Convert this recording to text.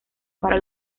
para